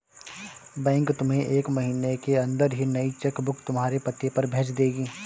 bank तुम्हें एक महीने के अंदर ही नई चेक बुक तुम्हारे पते पर भेज देगी